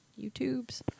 YouTubes